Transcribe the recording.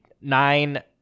nine